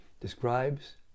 describes